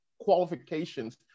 qualifications